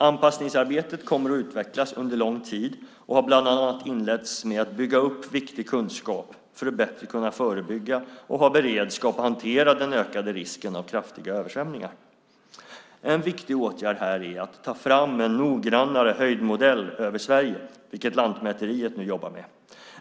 Anpassningsarbetet kommer att utvecklas under lång tid och har bland annat inletts med att bygga upp viktig kunskap för att bättre kunna förebygga och ha beredskap att hantera den ökade risken av kraftiga översvämningar. En viktig åtgärd här är att ta fram en noggrannare höjdmodell över Sverige, vilket Lantmäteriet nu jobbar med.